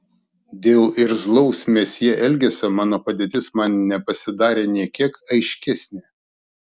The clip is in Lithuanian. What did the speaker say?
dėl irzlaus mesjė elgesio mano padėtis man nepasidarė nė kiek aiškesnė